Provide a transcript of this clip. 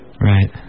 right